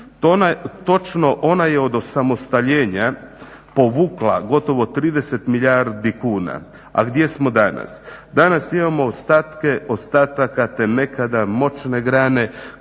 Točno, ona je od osamostaljenja povukla gotovo 30 milijardi kuna, a gdje smo danas? Danas imamo ostatke ostataka te nekada moćne grane koja